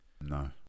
no